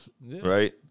right